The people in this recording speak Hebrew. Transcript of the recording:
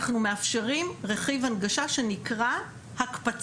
אנחנו מאפשרים רכיב הנגשה שנקרא הקפצה,